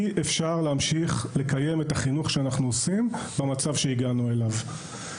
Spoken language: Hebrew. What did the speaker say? אי אפשר להמשיך לקיים את החינוך שאנחנו עושים במצב שהגענו אליו.